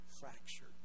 fractured